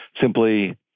simply